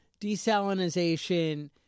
Desalinization